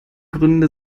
gründe